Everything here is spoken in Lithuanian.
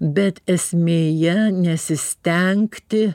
bet esmėje nesistengti